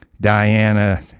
Diana